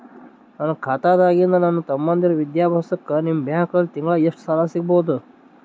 ನನ್ನ ಖಾತಾದಾಗಿಂದ ನನ್ನ ತಮ್ಮಂದಿರ ವಿದ್ಯಾಭ್ಯಾಸಕ್ಕ ನಿಮ್ಮ ಬ್ಯಾಂಕಲ್ಲಿ ತಿಂಗಳ ಎಷ್ಟು ಸಾಲ ಸಿಗಬಹುದು?